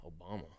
Obama